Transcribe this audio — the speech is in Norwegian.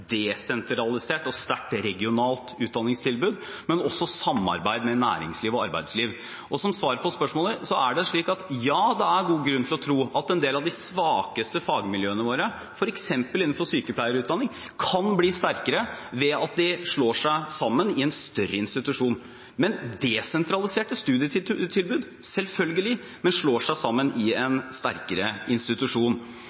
desentralisert og sterkt regionalt utdanningstilbud, men også samarbeid med næringsliv og arbeidsliv. Mitt svar på spørsmålet er: Ja, det er god grunn til å tro at en del av de svakeste fagmiljøene våre, f.eks. innenfor sykepleierutdanning, kan bli sterkere ved at de slår seg sammen i en større institusjon – desentraliserte studietilbud, selvfølgelig, men som slår seg sammen i en sterkere institusjon.